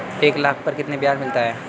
एक लाख पर कितना ब्याज मिलता है?